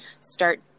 start